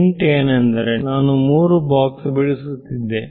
hint ಏನೆಂದರೆ ನಾನು 3 box ಬಿಡಿಸುತ್ತಿದ್ದೆ